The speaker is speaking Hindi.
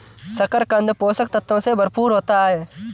शकरकन्द पोषक तत्वों से भरपूर होता है